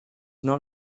not